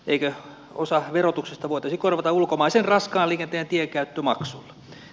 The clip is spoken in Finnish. eikö osa verotuksesta voitaisi korvata ulkomaisen raskaan liikenteen tienkäyttömaksuilla